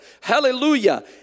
Hallelujah